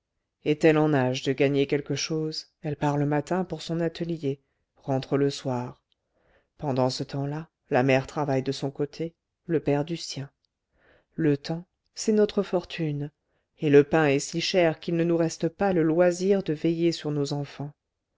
est-elle en âge de gagner quelque chose elle part le matin pour son atelier rentre le soir pendant ce temps-là la mère travaille de son côté le père du sien le temps c'est notre fortune et le pain est si cher qu'il ne nous reste pas le loisir de veiller sur nos enfants